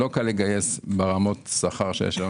לא קל לגייס ברמות שכר שיש לנו